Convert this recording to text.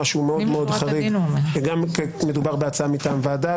כי מדובר בהצעה מטעם ועדה,